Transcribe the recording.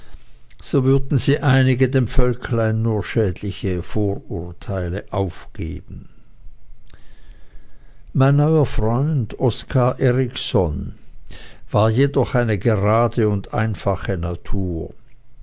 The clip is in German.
so würden sie einige dem völklein nur schädliche vorurteile aufgeben mein neuer freund oskar erikson war jedoch eine gerade und einfache natur